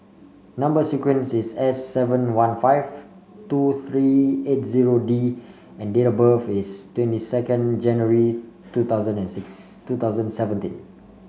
number sequence is S seven one five two three eight zero D and date of birth is twenty second January two thousand and six two thousand seventy